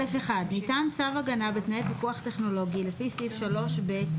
"(א1)ניתן צו הגנה בתנאי פיקוח טכנולוגי לפי סעיף 3ב(ג)(2),